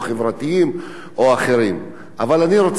אבל אני רוצה להגיד לך עוד דבר.